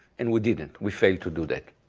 and we didn't, we failed to do that.